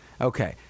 Okay